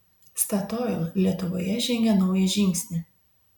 statoil lietuvoje žengia naują žingsnį